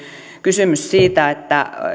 kysymys siitä että kun